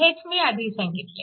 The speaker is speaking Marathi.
हेच मी आधीच सांगितले